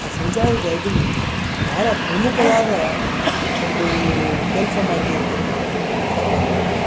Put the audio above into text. ಆ ಸಂಚಾರಿ ಲೈಬ್ರರಿ ಭಾಳ ಪ್ರಮುಖವಾದ ಒಂದು ಕೆಲಸ ಮಾಡಿದೆ ಅಂತ ಹೇಳಿದರೆ ತಪ್ಪಾಗಲಿಕ್ಕಿಲ್ಲ